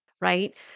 right